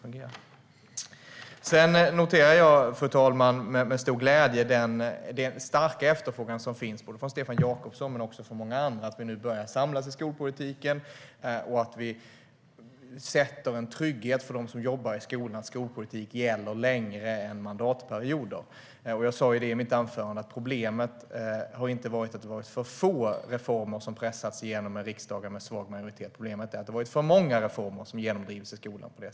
Jag noterar, fru talman, med stor glädje den starka efterfrågan som finns hos Stefan Jakobsson och många andra att samlas i skolpolitiken och skapa en trygghet för dem som jobbar i skolorna att skolpolitiken ska gälla längre än mandatperioder. Jag sa i mitt anförande att problemet inte har varit att det har varit för få reformer som har pressats igenom riksdagar med svag majoritet. Problemet har varit att det har varit för många reformer som har genomdrivits i skolan.